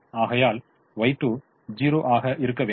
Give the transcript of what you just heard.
ஆகையால் Y2 0 ஆக இருக்க வேண்டும்